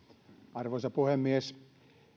arvoisa puhemies